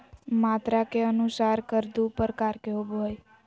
मात्रा के अनुसार कर दू प्रकार के होबो हइ